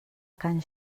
can